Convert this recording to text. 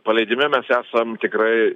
paleidime mes esam tikrai